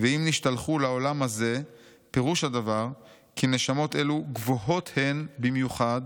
ואם נשתלחו לעולם הזה פירוש הדבר כי נשמות אלו גבוהות הן במיוחד